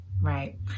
Right